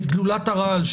את גלולת הרעל,